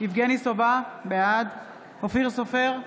יבגני סובה, בעד אופיר סופר,